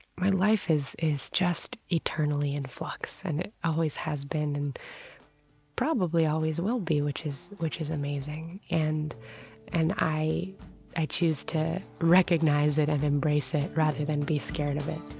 my life is is just eternally in flux, and it always has been and probably always will be, which is which is amazing. and and i i choose to recognize it and embrace it rather than be scared of it